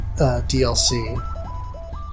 DLC